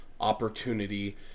opportunity